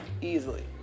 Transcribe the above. easily